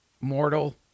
Mortal